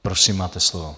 Prosím, máte slovo.